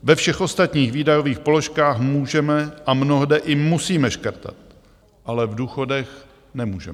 Ve všech ostatních výdajových položkách můžeme a mnohde i musíme škrtat, ale v důchodech nemůžeme.